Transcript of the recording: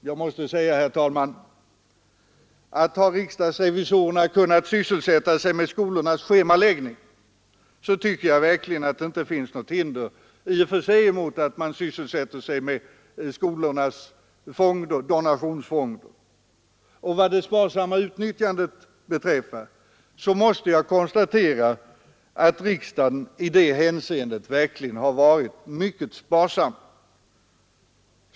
Jag måste säga, herr talman, att har riksdagsrevisorerna kunnat sysselsätta sig med skolornas schemaläggning, så tycker jag verkligen inte att det i och för sig bör vara något att erinra mot att de tittar på skolornas donationsfonder. Och vad det sparsamma utnyttjandet beträffar måste man konstatera att riksdagen i det hänseendet varit mycket sparsam.